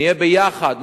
נהיה ביחד,